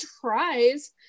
tries